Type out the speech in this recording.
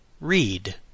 read